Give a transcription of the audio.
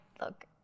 Look